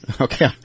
okay